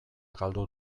galdu